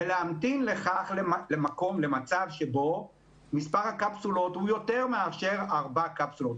ולהמתין למצב שבו מספר הקפסולות הוא יותר מאשר ארבע קפסולות.